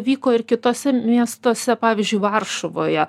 vyko ir kituose miestuose pavyzdžiui varšuvoje